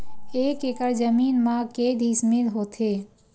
एक एकड़ जमीन मा के डिसमिल होथे?